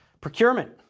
Procurement